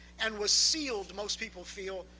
and was sealed, most people feel,